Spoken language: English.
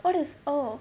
what is oh